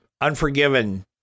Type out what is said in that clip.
Unforgiven